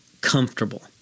comfortable